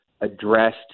addressed